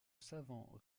savant